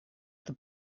эта